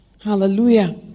Hallelujah